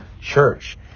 church